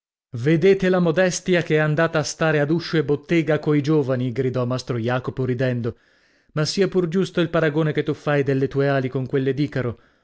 vedete la modestia che è andata a stare ad uscio e bottega coi giovani gridò mastro jacopo ridendo ma sia pur giusto il paragone che tu fai delle tue ali con quelle d'icaro